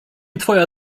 twoja